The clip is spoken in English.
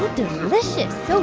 delicious, so